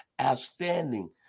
outstanding